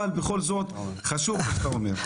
אבל בכל זאת, חשוב מה שאתה אומר.